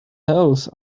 else